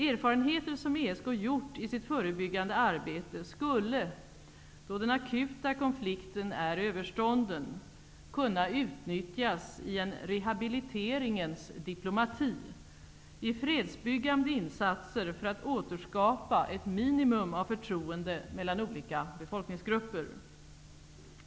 Erfarenheter som ESK gjort i sitt förebyggande arbete skulle, då den akuta konflikten är överstånden, kunna utnyttjas i en rehabiliteringens diplomati -- i fredsbyggande insatser för att återskapa ett minimum av förtroende mellan olika befolkningsgrupper.